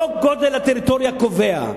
לא גודל הטריטוריה קובע,